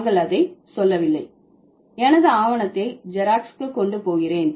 நாங்கள் அதை சொல்லவில்லை எனது ஆவணத்தை ஜெராக்ஸுக்கு கொண்டு போகிறேன்